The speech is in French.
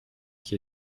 qui